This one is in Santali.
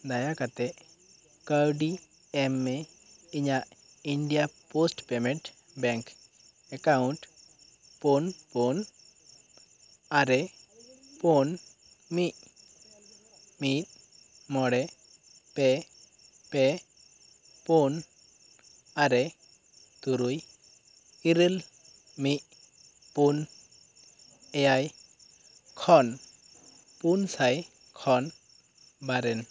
ᱫᱟᱭᱟ ᱠᱟᱛᱮᱫ ᱠᱟᱹᱣᱰᱤ ᱮᱢ ᱢᱮ ᱤᱧᱟᱜ India post payment bank account ᱯᱩᱱ ᱯᱩᱱ ᱟᱨᱮ ᱯᱩᱱ ᱢᱤᱫ ᱢᱤᱫ ᱢᱚᱬᱮ ᱯᱮ ᱯᱮ ᱯᱩᱱ ᱟᱨᱮ ᱛᱩᱨᱩᱭ ᱤᱨᱟᱹᱞ ᱢᱤᱫ ᱯᱩᱱ ᱮᱭᱟᱭ ᱠᱷᱚᱱ ᱯᱩᱱᱥᱟᱭ ᱠᱷᱚᱱ ᱵᱟᱨᱮᱱ